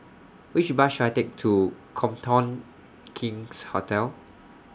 Which Bus should I Take to Copthorne King's Hotel